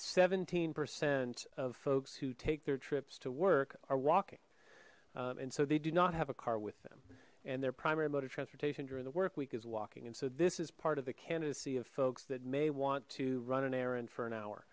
seventeen percent of folks who take their trips to work are walking and so they do not have a car with them and their primary mode of transportation during the workweek is walking and so this is part of the candidacy of folks that may want to run an errand for an hour